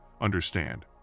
Understand